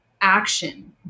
action